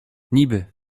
niby